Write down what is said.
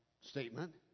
statement